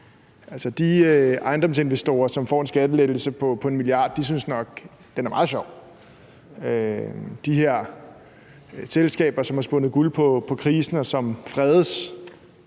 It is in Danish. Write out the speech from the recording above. De ejendomsinvestorer, der får en skattelettelse på 1 mia. kr., synes nok, den er meget sjov. De her selskaber, som har spundet guld på krisen, og som fredes